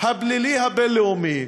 הפלילי הבין-לאומי,